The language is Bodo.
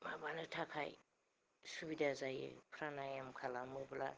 माबानो थाखाय सुबिधा जायो प्राणायाम खालामोबा